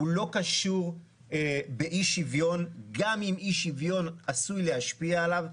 הוא לא קשור באי שוויון גם אם אי שוויון עשוי להשפיע עליו,